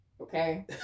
Okay